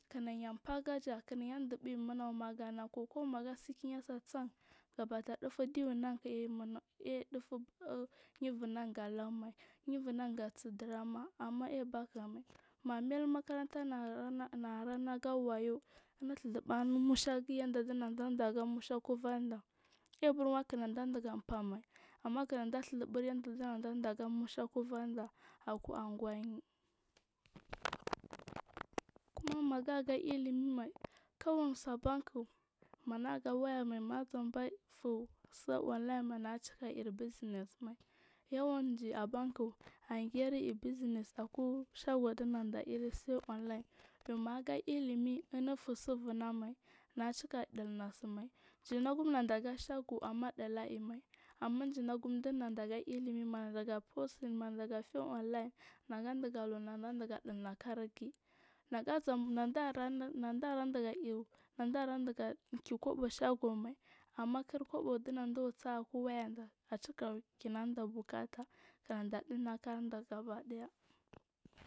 Kinya faah agaja kinaga dubuy managa koku manaya siki ya saar bada dafuk diyinank ye dufuk yibur nan gal an mai yiburnan ga lanmai yibur nan gasir dunama amma aibakamai magumai lumakaranta naga naga wayu naraga wayu inudhuzubu anu mushagiyi yanda dunanda daah aga kuvanda amma kinada dhuzu anda aku anguwa. kuma maga ga ilimi mai kuwani subank managa ga waya mai nazuwaba fusu amlayimai nagacika iri besenace mai kuwa niji abank ange ir businase aku shago sai unline maga ilimi unu fusu vunama nnaga cika dina simai jinagum nadaga shago amma di aimai nmajinagum dinadaga ilimir manada fusing manada faly online nada diga luu nadadiga dilna kaar giyi nagazan nadaran diga iyu nadarandaga kii kobo shago mai amma kir kobo dinadubur saa aku wayanda acika kina nida bukata kinada dilna karinda gabadaya.